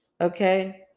Okay